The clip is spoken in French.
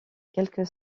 quelques